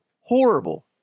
Horrible